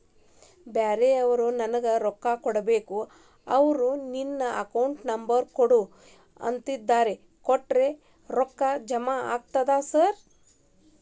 ಬ್ಯಾರೆವರು ನಂಗ್ ರೊಕ್ಕಾ ಕೊಡ್ಬೇಕು ಅವ್ರು ನಿನ್ ಅಕೌಂಟ್ ನಂಬರ್ ಕೊಡು ಅಂತಿದ್ದಾರ ಕೊಟ್ರೆ ರೊಕ್ಕ ಜಮಾ ಆಗ್ತದಾ ಹೆಂಗ್ ಸಾರ್?